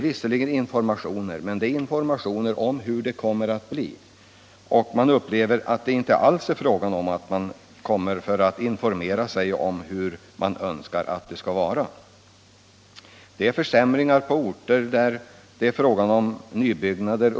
Visserligen ges in formationen upplevs inte alls så att postverket informerar sig om hur Torsdagen den de berörda önskar att det skall vara.